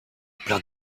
plein